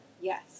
Yes